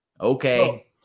Okay